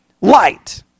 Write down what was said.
light